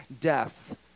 death